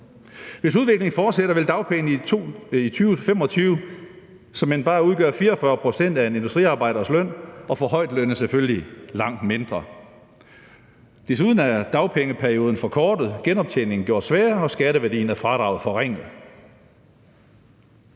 Hvis udviklingen fortsætter, vil dagpengene i 2025 såmænd bare udgøre 44 pct. af en industriarbejders løn, og for højtlønnede selvfølgelig langt mindre. Desuden er dagpengeperioden forkortet, genoptjeningen gjort sværere, og skatteværdien af fradraget er forringet.